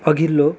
अघिल्लो